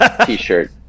t-shirt